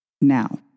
Now